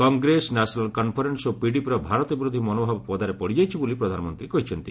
କଂଗ୍ରେସ ନ୍ୟାସନାଲ କନ୍ଫରେନ୍ନ ଓ ପିଡିପିର ଭାରତବିରୋଧୀ ମନୋଭାବ ପଦାରେ ପଡିଯାଇଛି ବୋଲି ପ୍ରଧାନମନ୍ତ୍ରୀ କହିଛନ୍ତି